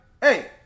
hey